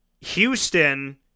Houston –